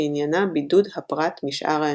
שעניינה בידוד הפרט משאר האנושות.